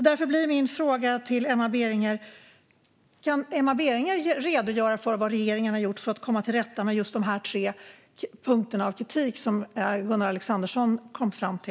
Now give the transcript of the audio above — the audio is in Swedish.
Därför blir min fråga: Kan Emma Berginger redogöra för vad regeringen har gjort för att komma till rätta med de tre bristerna som Gunnar Alexandersson pekade på?